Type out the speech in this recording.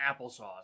applesauce